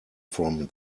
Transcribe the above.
from